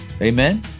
amen